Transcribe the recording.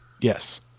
Yes